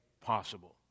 possible